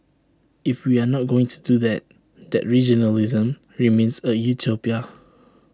if we are not going to do that then regionalism remains A utopia